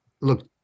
look